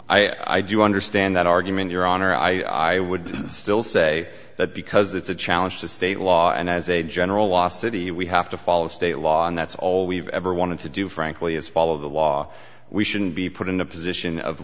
people i do understand that argument your honor i i would still say that because it's a challenge to state law and as a general law city we have to follow state law and that's all we've ever wanted to do frankly is follow the law we shouldn't be put in a position of